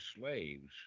slaves